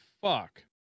fuck